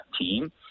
team